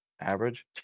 average